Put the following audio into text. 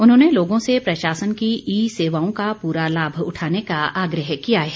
उन्होंने लोगों से प्रशासन की ई सेवाओं का पूरा लाभ उठाने का आग्रह किया है